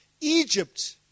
Egypt